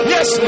Yes